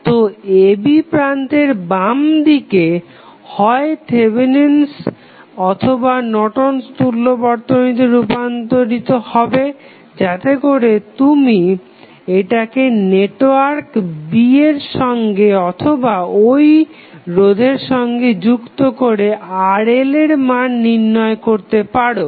তো a b প্রান্তের বামদিক হয় থেভেনিন'স অথবা নর্টন'স তুল্য বর্তনীতে রুপান্তরিত হবে যাতেকরে তুমি এটাকে নেটওয়ার্ক B সঙ্গে অথবা ঐ রোধের সঙ্গে যুক্ত করে RL এর মান নির্ণয় করতে পারো